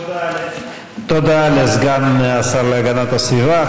תודה לסגן השר להגנת הסביבה.